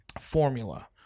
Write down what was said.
formula